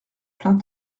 plein